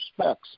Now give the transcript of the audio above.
specs